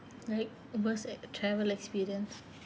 like worse travel experience